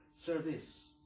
service